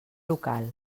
local